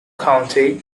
county